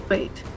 Wait